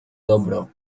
dobro